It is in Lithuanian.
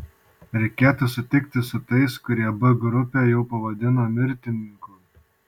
reikėtų sutikti su tais kurie b grupę jau pavadino mirtininkų